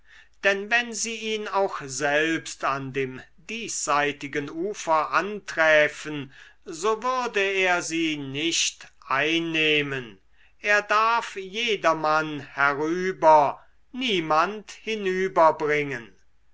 denn wenn sie ihn auch selbst an dem diesseitigen ufer anträfen so würde er sie nicht einnehmen er darf jedermann herüber niemand